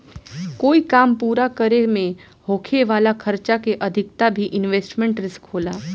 कोई काम के पूरा करे में होखे वाला खर्चा के अधिकता भी इन्वेस्टमेंट रिस्क होला